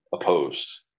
opposed